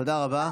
תודה רבה.